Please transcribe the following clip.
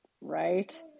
right